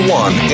one